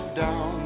down